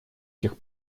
тех